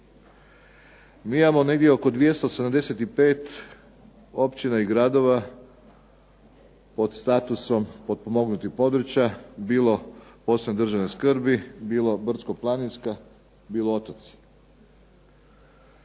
mi imamo negdje oko 275 općina i gradova pod statusom potpomognutih područja bilo posebne državne skrbi, bilo brdsko-planinska, bilo otoci.